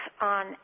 on